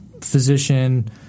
physician